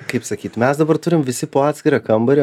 kaip sakyt mes dabar turim visi po atskirą kambarį